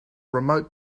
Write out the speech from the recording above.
remote